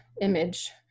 image